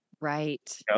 Right